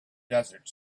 desert